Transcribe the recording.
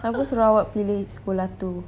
siapa suruh awak pilih sekolah itu